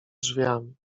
drzwiami